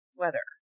weather